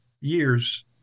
years